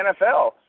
NFL